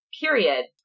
period